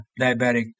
diabetic